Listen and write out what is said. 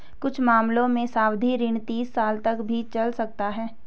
कुछ मामलों में सावधि ऋण तीस साल तक भी चल सकता है